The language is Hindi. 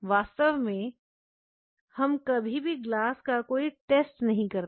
वास्तव में हम कभी भी ग्लास का कोई टेस्ट नहीं करते